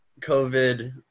COVID